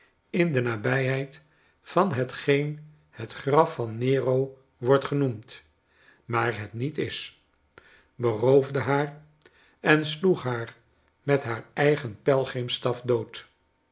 in de nabijheid van hetgeen het graf van nero wordt genoemd maar het niet is beroofde haar en sloeg haar met haar eigen pelgrimsstaf dood